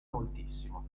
moltissimo